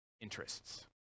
interests